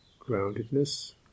groundedness